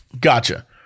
Gotcha